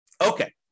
Okay